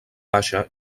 baixa